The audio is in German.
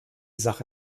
sache